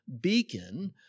beacon